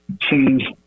change